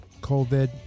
COVID